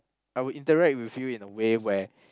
I will interact with you in a way where